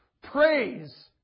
Praise